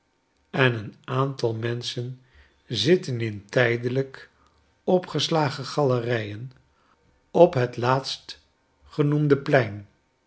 en een aantal menschen zitten in tijdelijk opgeslagen galerijen op het laatstgenoemde plein